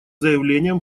заявлением